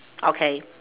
okay